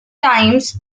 times